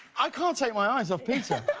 i can't take my eyes off peter.